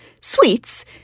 sweets